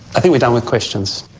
i think we're done with questions.